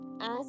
ask